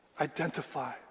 identify